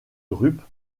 drupes